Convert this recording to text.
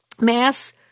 Mass